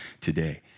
today